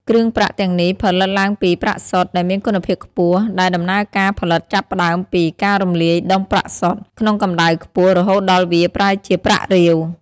គ្រឿងប្រាក់ទាំងនេះផលិតឡើងពី ប្រាក់សុទ្ធ ដែលមានគុណភាពខ្ពស់ ដែលដំណើរការផលិតចាប់ផ្ដើមពី ការរំលាយដុំប្រាក់សុទ្ធ ក្នុងកម្ដៅខ្ពស់រហូតដល់វាប្រែជាប្រាក់រាវ។